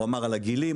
הוא אמר על הגילאים,